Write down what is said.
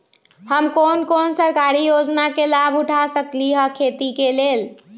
हम कोन कोन सरकारी योजना के लाभ उठा सकली ह खेती के लेल?